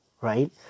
right